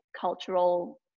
cultural